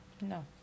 No